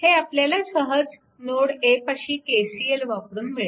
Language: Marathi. हे आपल्याला सहज नोड A पाशी KCL वापरून मिळते